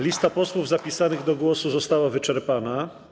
Lista posłów zapisanych do głosu została wyczerpana.